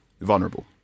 vulnerable